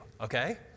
okay